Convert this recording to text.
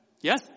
Yes